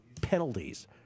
penalties